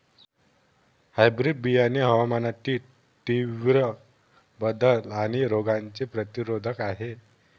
hybrid बियाणे हवामानातील तीव्र बदल आणि रोगांचे प्रतिरोधक आहे